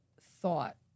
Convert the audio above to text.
thought